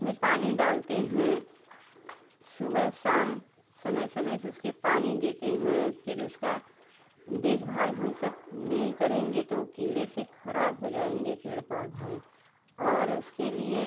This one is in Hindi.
उसमें पानी डालते हैं सुबह शाम समय समय से उसके पानी देते हैं फिर उसका देखभाल हम सब नई करेंगे तो वो कीड़े से खराब हो जाएंगे पेड़ पौधे और उसके लिए